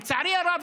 לצערי הרב,